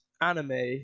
anime